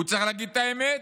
הוא צריך להגיד את האמת: